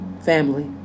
family